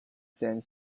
same